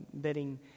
bidding